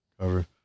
cover